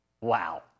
Wow